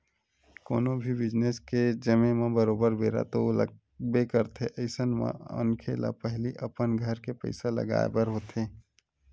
कोनो भी बिजनेस के जमें म बरोबर बेरा तो लगबे करथे अइसन म मनखे ल पहिली अपन घर के पइसा लगाय बर होथे